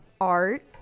art